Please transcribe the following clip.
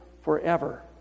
forever